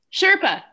sherpa